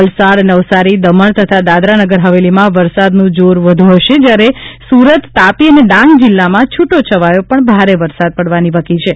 વલસાડ નવસારી દમણ તથા દાદરાનગર હવેલીમાં વરસાદનું જોર વધુ હશે જ્યારે સુરત તાપી અને ડાંગ જિલ્લામાં છુટોછવાયો પણ ભારે વરસાદ પડવાની વકી છે